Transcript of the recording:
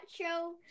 show